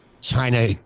China